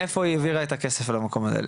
מאיפה היא העבירה את הכסף על המקום הזה?